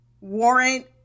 warrant